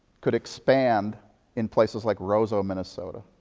could expand in places like roseau, minnesota.